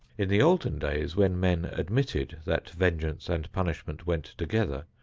in the olden days when men admitted that vengeance and punishment went together,